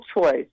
choice